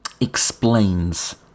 explains